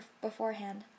beforehand